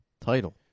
title